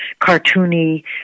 cartoony